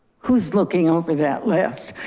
who's looking over that list?